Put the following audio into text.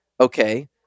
okay